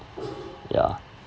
ya